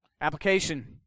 Application